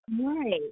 right